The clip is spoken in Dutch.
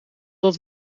dat